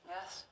Yes